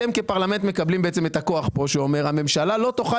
אתם כפרלמנט מקבלים את הכוח פה שאומר שהממשלה לא תוכל